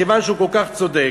מכיוון שהוא כל כך צודק